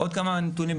עוד כמה בינלאומיים,